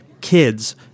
Kids